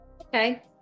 Okay